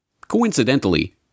Coincidentally